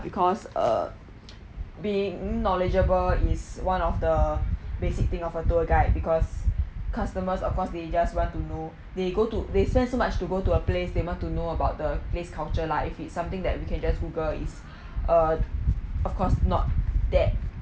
because uh being knowledgeable is one of the basic thing of a tour guide because customers of course they just want to know they go to they spend so much to go to a place they want to know about the place culture lah if it's something that we can just Google is uh of course not that